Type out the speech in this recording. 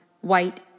white